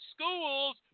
schools